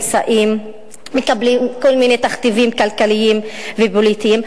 מקבלים כל מיני תכתיבים כלכליים ופוליטיים.